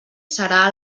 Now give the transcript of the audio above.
serà